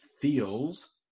feels